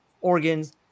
organs